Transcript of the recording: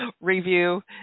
review